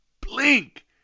blink